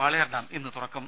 Walayar dam ഇന്ന് തുറക്കും